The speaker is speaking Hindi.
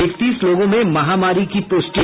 इकतीस लोगों में महामारी की पुष्टि